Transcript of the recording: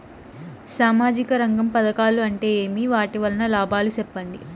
సామాజిక రంగం పథకాలు అంటే ఏమి? వాటి వలన లాభాలు సెప్పండి?